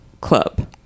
club